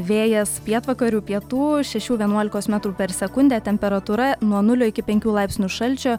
vėjas pietvakarių pietų šešių vienuolikos metrų per sekundę temperatūra nuo nulio iki penkių laipsnių šalčio